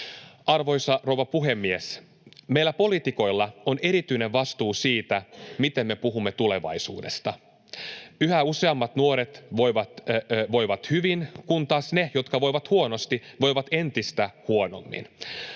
Arvoisa rouva puhemies! Meillä poliitikoilla on erityinen vastuu siitä, miten me puhumme tulevaisuudesta. Yhä useammat nuoret voivat hyvin, kun taas ne, jotka voivat huonosti, voivat entistä huonommin.